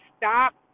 Stop